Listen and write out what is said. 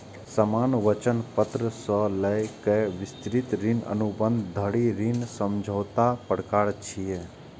सामान्य वचन पत्र सं लए कए विस्तृत ऋण अनुबंध धरि ऋण समझौताक प्रकार छियै